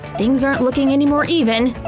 things aren't looking any more even.